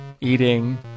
eating